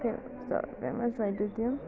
फे र famous writer थियो